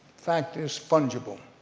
fact is fungible.